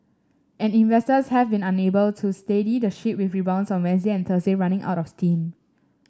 and investors have been unable to steady the ship with rebounds on Wednesday and Thursday running out of steam